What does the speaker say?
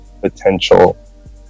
potential